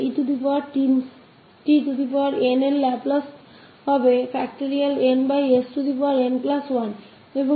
तो तो हमकी लाप्लास है tn वह है 𝑛